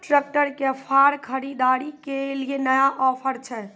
Tractor के फार खरीदारी के लिए नया ऑफर छ?